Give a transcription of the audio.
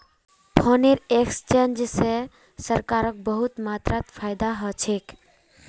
foreign exchange स सरकारक बहुत मात्रात फायदा ह छेक